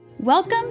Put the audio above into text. Welcome